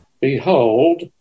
Behold